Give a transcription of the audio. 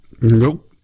nope